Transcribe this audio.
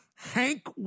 Hank